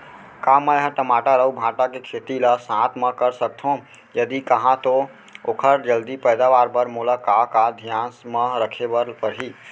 का मै ह टमाटर अऊ भांटा के खेती ला साथ मा कर सकथो, यदि कहाँ तो ओखर जलदी पैदावार बर मोला का का धियान मा रखे बर परही?